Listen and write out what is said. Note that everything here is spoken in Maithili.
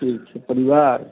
ठीक छै परिवार